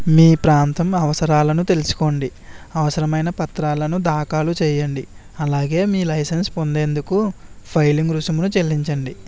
మీ ప్రాంతం అవసరాలను తెలుసుకోండి అవసరమైన పత్రాలను దాఖాలు చెయ్యండి అలాగే మీ లైసెన్స్ పొందేందుకు ఫైలింగ్ రుసుమును చెల్లించండి